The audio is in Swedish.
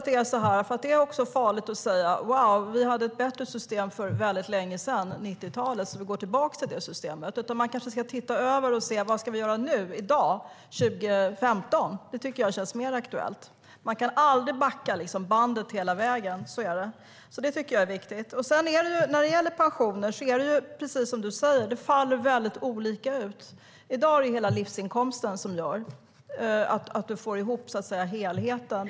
Det är också farligt att säga att vi hade ett bättre system för länge sedan, på 90-talet, så vi går tillbaka till det. Man kanske ska se över vad vi ska göra nu, i dag 2015. Det känns mer aktuellt. Man kan aldrig backa bandet hela vägen. Det är viktigt. När det gäller pensioner är det precis som du säger; det faller väldigt olika ut. I dag är det hela livsinkomsten som gör att man får ihop helheten.